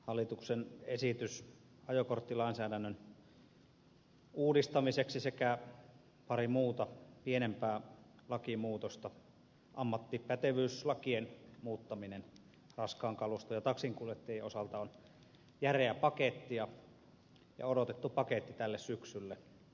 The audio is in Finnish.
hallituksen esitys ajokorttilainsäädännön uudistamiseksi sekä pari muuta pienempää lakimuutosta ammattipätevyyslakien muuttaminen raskaan kaluston ja taksinkuljettajien osalta on järeä paketti ja odotettu paketti tälle syksylle